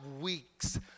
weeks